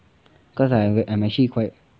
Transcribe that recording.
cause I'm I'm actually quite